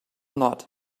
nod